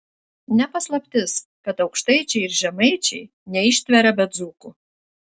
ne paslaptis kad aukštaičiai ir žemaičiai neištveria be dzūkų